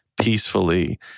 peacefully